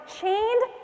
chained